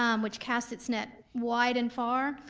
um which casts its net wide and far.